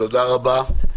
תודה רבה.